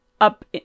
up